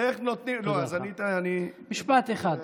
משפט אחד.